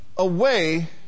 Away